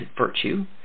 virtue